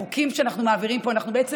בחוקים שאנחנו מעבירים פה אנחנו בעצם